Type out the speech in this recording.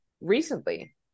recently